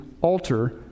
alter